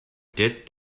dipped